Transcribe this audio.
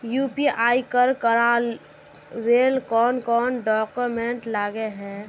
UPI कर करावेल कौन कौन डॉक्यूमेंट लगे है?